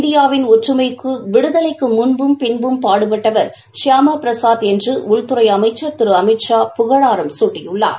இந்தியாவின் ஒற்றுமைக்கு விடுதலைக்கு முன்பும் பின்பும் பாடுபட்டவர் ஷியாம பிரசுத் என்று உள்துறை அமைச்சர் திரு அமித்ஷா புகழாரம் சூட்டியுள்ளார்